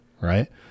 right